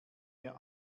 mehr